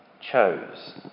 chose